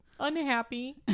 Unhappy